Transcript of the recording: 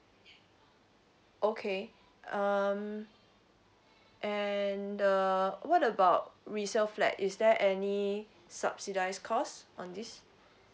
okay um and uh what about resale flat is there any subsidize course on this